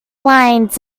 lines